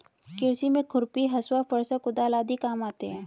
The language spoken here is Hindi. कृषि में खुरपी, हँसुआ, फरसा, कुदाल आदि काम आते है